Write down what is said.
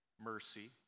mercy